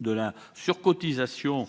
de la surcotisation